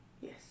Yes